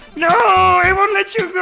no! i won't let you go!